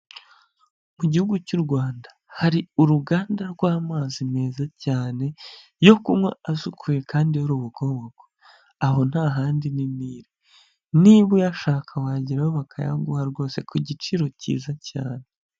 Mu gihugu cy'u Rwanda, hari uruganda rw'amazi meza cyane yo kunywa asikuye kandi y'urubogobogo, aho nta handi ni Nile, niba uyashaka wagerayo bakayaguha rwose ku giciro cyiza cyane.